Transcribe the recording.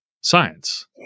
science